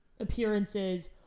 Appearances